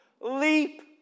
leap